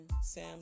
Sam